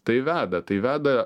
tai veda tai veda